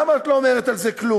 למה את לא אומרת על זה כלום?